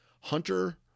Hunter